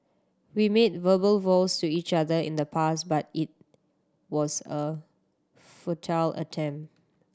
we made verbal vows to each other in the past but it was a futile attempt